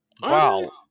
Wow